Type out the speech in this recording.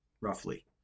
roughly